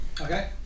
Okay